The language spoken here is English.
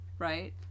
right